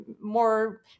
more